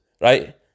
right